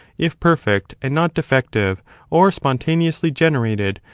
if perfect and not defective or spontaneously generated,